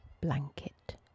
blanket